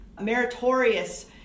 meritorious